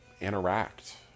interact